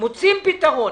מוצאים פתרון.